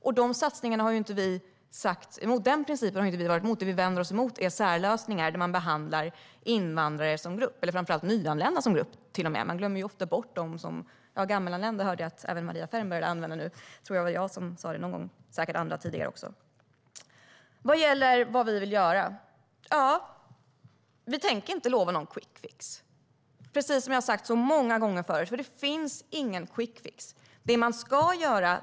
Vi har inte varit emot den principen. Det vi vänder oss mot är särlösningar där invandrare behandlas som en grupp, framför allt nyanlända. Man glömmer ofta bort gammalanlända. Jag hörde att även Maria Ferm har börjat använda uttrycket. Jag tror att jag har sagt det tidigare och säkert även andra. Vad vill Sverigedemokraterna göra? Vi tänker inte lova någon quickfix. Precis som jag har sagt så många gånger förut finns det ingen quickfix.